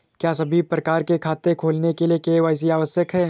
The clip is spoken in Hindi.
क्या सभी प्रकार के खाते खोलने के लिए के.वाई.सी आवश्यक है?